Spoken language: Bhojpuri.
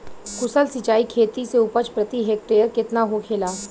कुशल सिंचाई खेती से उपज प्रति हेक्टेयर केतना होखेला?